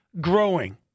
growing